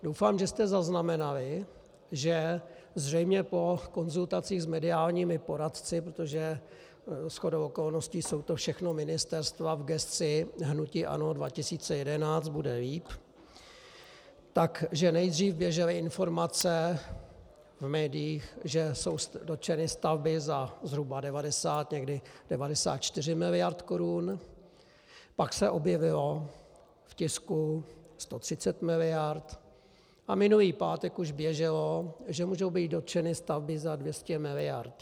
Doufám, že jste zaznamenali, že zřejmě po konzultacích s mediálními poradci, protože shodou okolností jsou to všechno ministerstva v gesci hnutí ANO 2011 bude líp, že nejdřív běžely informace v médiích, že jsou dotčeny stavby za zhruba 90 někdy 94 miliard korun, pak se v tisku objevilo 130 miliard a minulý pátek už běželo, že můžou být dotčeny stavby za 200 miliard.